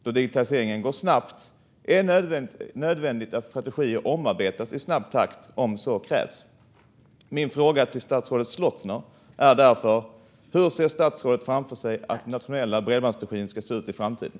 Då digitaliseringen går snabbt är det nödvändigt att strategier omarbetas i snabb takt om så krävs. Min fråga till statsrådet Slottner är därför: Hur ser statsrådet framför sig att den nationella bredbandsstrategin ska se ut i framtiden?